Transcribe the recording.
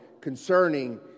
concerning